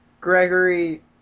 Gregory